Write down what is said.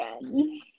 again